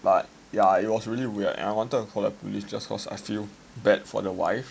but yeah it was really weird and I wanted to call up the police cause I feel really bad for the wife